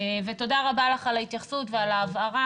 תודה רבה לך על ההתייחסות ועל ההבהרה,